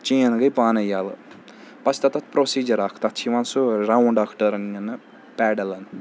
چین گٔے پانٕے یَلہٕ بَس تَتھ اَتھ پروسیٖجَر اَکھ تَتھ چھِ یِوان سُہ راوُنٛڈ اَکھ ٹٔرٕن نِنہٕ پیڈَلَن